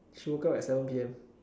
she woke up at seven P_M